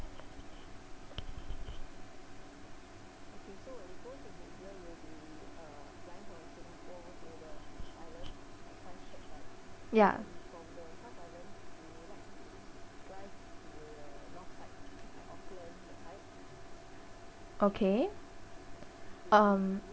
ya okay um